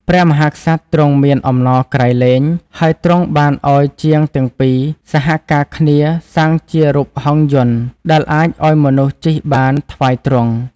ព្រះមហាក្សត្រទ្រង់មានអំណរក្រៃលែង ហើយទ្រង់បានឱ្យជាងទាំងពីរសហការគ្នាសាងជារូបហង្សយន្តដែលអាចឱ្យមនុស្សជិះបានថ្វាយទ្រង់។